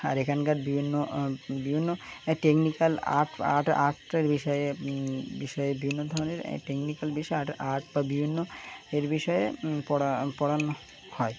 আর এখানকার বিভিন্ন বিভিন্ন টেকনিকাল আর্ট আর্ট আর্টের বিষয়ে বিষয়ে বিভিন্ন ধরনের টেকনিক্যাল বিষয়ে আর্ট বা বিভিন্ন এর বিষয়ে পড়া পড়ানো হয়